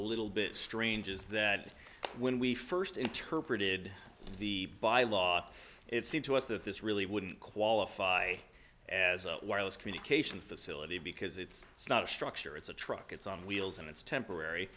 little bit strange is that when we first interpreted the bylaw it seemed to us that this really wouldn't qualify as a wireless communication facility because it's it's not a structure it's a truck it's on wheels and it's temporary